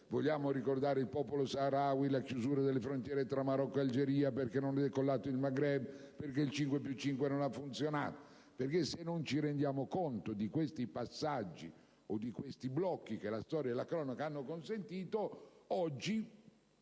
Vogliamo ricordare il popolo Saharawi, la chiusura delle frontiere tra Marocco e Algeria, i motivi per cui non è decollato il Maghreb e il cosiddetto «5+5» non ha funzionato, ma se non ci rendiamo conto di questi passaggi o di questi blocchi, che la storia e la cronaca hanno consentito, oggi